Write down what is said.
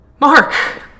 Mark